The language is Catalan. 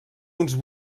uns